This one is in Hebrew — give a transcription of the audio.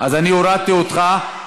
אז הורדתי אותך.